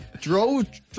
drove